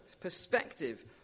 perspective